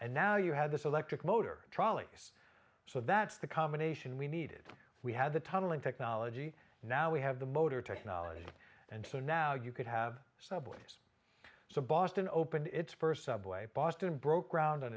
and now you had this electric motor trolleys so that's the combination we needed we had the tunneling technology now we have the motor technology and so now you could have subways so boston opened its first subway boston broke ground on